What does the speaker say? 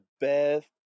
best